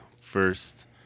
first